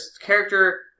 character